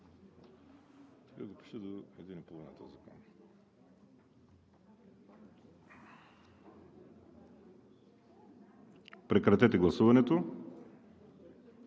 Прекратете гласуването